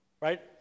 right